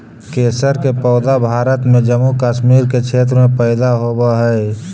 केसर के पौधा भारत में जम्मू कश्मीर के क्षेत्र में पैदा होवऽ हई